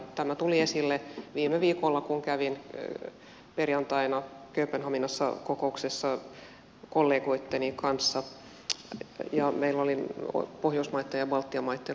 tämä tuli esille viime viikolla kun kävin perjantaina kööpenhaminassa kokouksessa kollegoitteni kanssa ja meillä oli pohjoismaitten ja baltian maitten oikeusministerit koolla